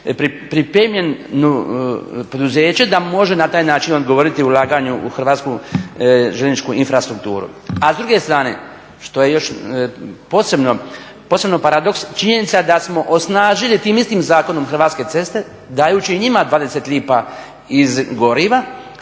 pripremljeno poduzeće da može na taj način govoriti o ulaganju u Hrvatsku željezničku infrastrukturu. A s druge strane, što je još posebno paradoks, činjenica da smo osnažili tim istim zakonom Hrvatske ceste dajući njima 20 lipa iz goriva,